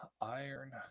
iron